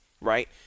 right